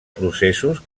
processos